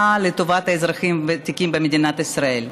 לטובת האזרחים הוותיקים במדינת ישראל,